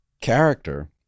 character